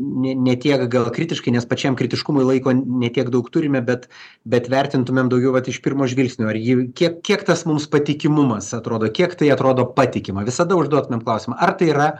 ne ne tiek gal kritiškai nes pačiam kritiškumui laiko ne tiek daug turime bet bet vertintumėm daugiau vat iš pirmo žvilgsnio ar ji kiek kiek tas mums patikimumas atrodo kiek tai atrodo patikima visada užduotumėm klausimą ar tai yra